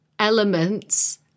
Elements